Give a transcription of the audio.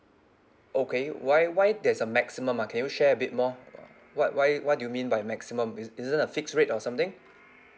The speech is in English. okay why why there's a maximum ah can you share a bit more what why what do you mean by maximum is~ isn't it fixed rate or something